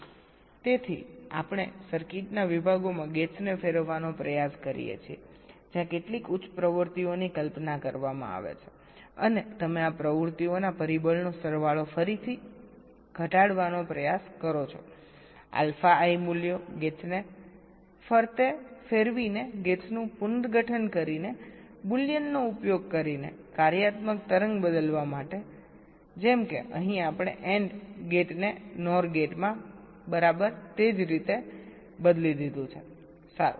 તેથી આપણે સર્કિટના વિભાગોમાં ગેટ્સને ફેરવવાનો પ્રયાસ કરીએ છીએ જ્યાં કેટલીક ઉચ્ચ પ્રવૃત્તિઓની કલ્પના કરવામાં આવે છે અને તમે આ પ્રવૃત્તિઓના પરિબળનો સરવાળો ફરીથી ઘટાડવાનો પ્રયાસ કરો છો આલ્ફા આઇ મૂલ્યો ગેટ્સને ફરતે ફેરવીને ગેટ્સનું પુનર્ગઠન કરીને બુલિયનનો ઉપયોગ કરીને કાર્યાત્મક તરંગ બદલવા માટે જેમ કે અહીં આપણે AND ગેટને NOR ગેટમાં બરાબર તે જ રીતે બદલી દીધું છે સારું